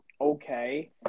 okay